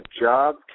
job